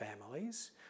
families